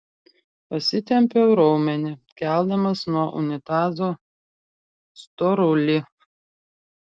pasitempiau raumenį keldamas nuo unitazo storulį